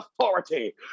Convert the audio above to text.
authority